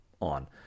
on